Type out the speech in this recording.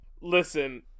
listen